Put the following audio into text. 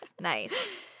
Nice